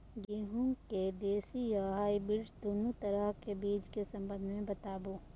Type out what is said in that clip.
गेहूँ के देसी आ हाइब्रिड दुनू तरह के बीज के संबंध मे बताबू?